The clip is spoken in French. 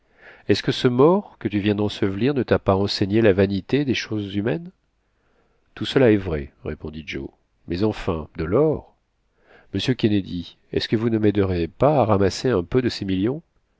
est-ce que ce mort que tu viens d'ensevelir ne ta pas enseigné la vanité des choses humaines tout cela est vrai répondit joe mais enfin de l'or monsieur kennedy est-ce que vous ne m'aiderez pas à ramasser un peu de ces millions